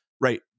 right